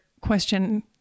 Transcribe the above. question